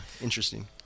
interesting